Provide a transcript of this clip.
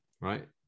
right